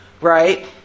right